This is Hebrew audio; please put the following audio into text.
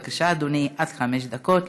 בבקשה, אדוני, עד חמש דקות לרשותך.